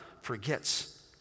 forgets